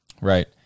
right